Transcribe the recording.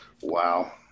Wow